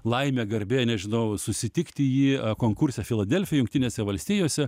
laimė garbė nežinau susitikti jį konkurse filadelfijoj jungtinėse valstijose